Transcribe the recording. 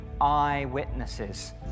eyewitnesses